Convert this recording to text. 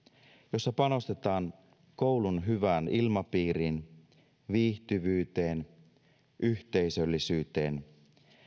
jossa panostetaan koulun hyvään ilmapiiriin viihtyvyyteen yhteisöllisyyteen